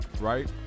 Right